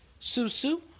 Susu